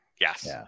Yes